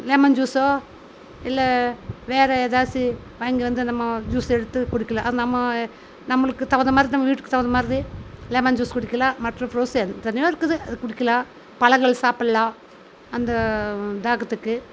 lemon ஜூஸ்ஸோ இல்லை வேற எதாச்சி வாங்கி வந்து நம்ம ஜூஸ் எடுத்து குடிக்கலாம் அது நம்ம நம்மளுக்கு தகுந்த மாதிரி நம்ம வீட்டுக்கு தகுந்த மாதிரி லெமன் ஜூஸ் குடிக்கலாம் மற்ற ஜூஸ் எத்தனையோ இருக்குது அது குடிக்கலாம் பழங்கள் சாப்பிட்லாம் அந்த தாகத்துக்கு